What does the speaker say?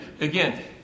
Again